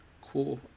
Cool